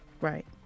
Right